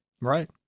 Right